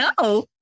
No